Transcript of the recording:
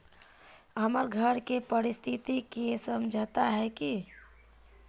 हमर घर के परिस्थिति के समझता है की?